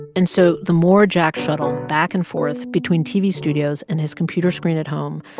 and so the more jack shuttled back and forth between tv studios and his computer screen at home,